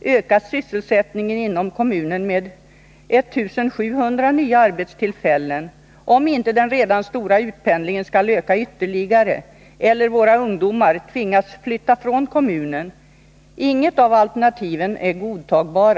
öka sysselsättningen inom kommunen med 1 700 nya arbetstillfällen, om inte den redan stora utpendlingen skall öka ytterligare eller våra ungdomar tvingas flytta från kommunen. Inget av alternativen är godtagbart.